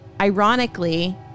ironically